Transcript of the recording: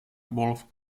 wolf